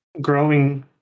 growing